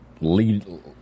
lead